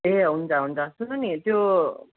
ए हुन्छ हुन्छ सुन्नु नि त्यो